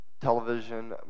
television